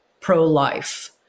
pro-life